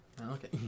Okay